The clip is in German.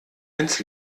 ins